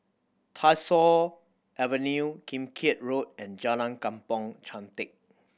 Tyersall Avenue Kim Keat Road and Jalan Kampong Chantek